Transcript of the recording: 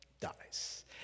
dies